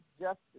justice